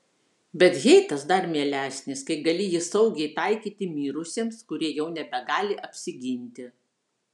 bet heitas dar mielesnis kai gali jį saugiai taikyti mirusiems kurie jau nebegali apsiginti